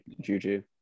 Juju